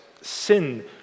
sin